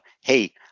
hey